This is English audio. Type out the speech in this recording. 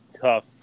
tough